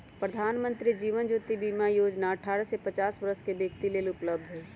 प्रधानमंत्री जीवन ज्योति बीमा जोजना अठारह से पचास वरस के व्यक्तिय लेल उपलब्ध हई